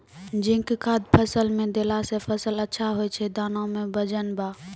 zinc खाद फ़सल मे देला से फ़सल अच्छा होय छै दाना मे वजन ब